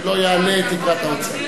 שלא יעלה את תקרת ההוצאה.